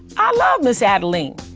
i love miz adeline.